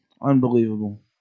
unbelievable